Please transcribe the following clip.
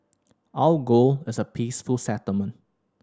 our goal is a peaceful settlement